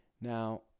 Now